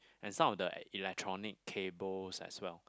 and some of the electronic cables as well